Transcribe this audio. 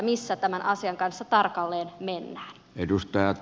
missä tämän asian kanssa tarkalleen mennään